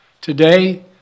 Today